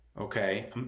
okay